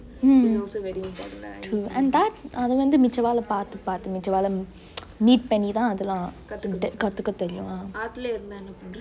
mm true and that அது வந்து மிச்சவால பாத்து பாத்து மிச்சவால:athu vanthu michevaale paathu paathu michevaale meet பன்னிதா அதுலா கத்துக்க தெரியு:pannithaa athulaa kathukke teriyu